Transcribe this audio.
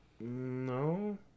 No